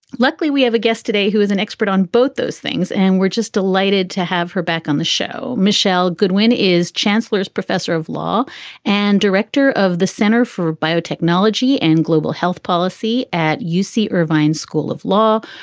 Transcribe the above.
luckily, we have a guest today who is an expert on both those things, and we're just delighted to have her back on the show. michelle goodwin is chancellor, is professor of law and director of the center for biotechnology and global health policy at uc irvine school of law.